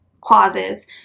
clauses